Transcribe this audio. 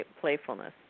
playfulness